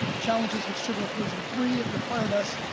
challenges with shibboleth version three, it required us,